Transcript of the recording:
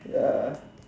ya